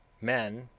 men,